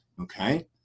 okay